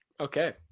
okay